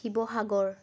Sivasagar